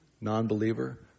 Non-believer